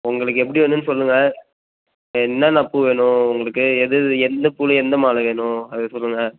உங்களுக்கு எப்படி வேணும்னு சொல்லுங்கள் என்னென்ன பூ வேணும் உங்களுக்கு எது எது எந்த பூவில் எந்த மாலை வேணும் அதை சொல்லுங்கள்